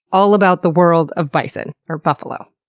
all about the world of bison, or buffalo,